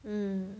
mm